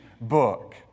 book